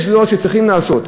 יש דעות שצריכים לעשות אחרת.